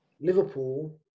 Liverpool